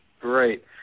Great